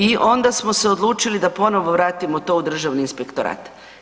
I onda smo se odlučili da ponovno vratimo to u Državni inspektorat.